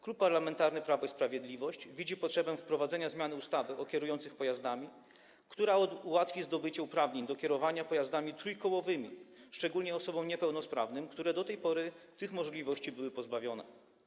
Klub Parlamentarny Prawo i Sprawiedliwość widzi potrzebę wprowadzenia zmiany ustawy o kierujących pojazdami, która ułatwi zdobycie uprawnień do kierowania pojazdami trójkołowymi szczególnie osobom niepełnosprawnym, które do tej pory tych możliwości były pozbawione.